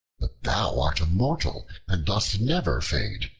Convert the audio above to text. but thou art immortal and dost never fade,